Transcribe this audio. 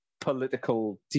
political